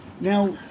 now